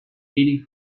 eighty